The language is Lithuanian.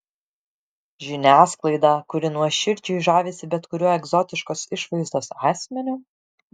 žiniasklaidą kuri nuoširdžiai žavisi bet kuriuo egzotiškos išvaizdos asmeniu